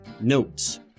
Notes